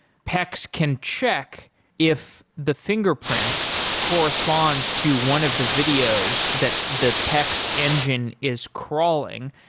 pex can check if the fingerprint corresponds to one of the videos that the pex engine is crawling.